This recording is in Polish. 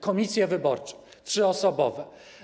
Komisje wyborcze trzyosobowe.